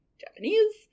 Japanese